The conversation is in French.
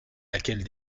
laquelle